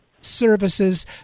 services